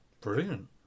Brilliant